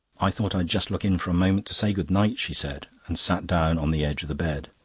i thought i'd just look in for a moment to say good-night, she said, and sat down on the edge of the bed.